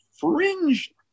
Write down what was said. fringe